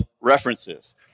references